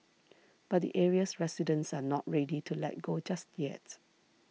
but the area's residents are not ready to let go just yet